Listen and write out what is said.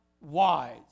wise